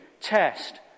test